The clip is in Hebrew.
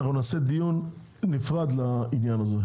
ואנחנו נעשה דיון נפרד לגביו.